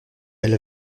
elle